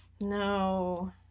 no